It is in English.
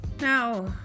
Now